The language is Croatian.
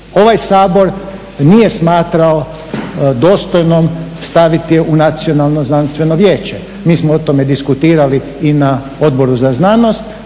ovaj Sabor nije smatrao dostojnom staviti je u Nacionalno znanstveno vijeće. Mi smo o tome diskutirali i na Odboru za znanost,